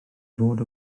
fod